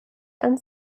and